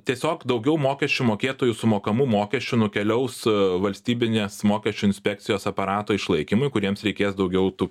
tiesiog daugiau mokesčių mokėtojų sumokamų mokesčių nukeliaus valstybinės mokesčių inspekcijos aparato išlaikymui kuriems reikės daugiau tų